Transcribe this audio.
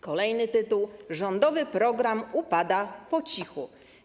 Kolejny tytuł: Rządowy program upada po cichu.